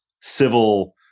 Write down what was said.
civil